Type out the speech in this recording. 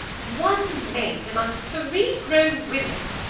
one maid among three grown women!